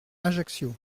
ajaccio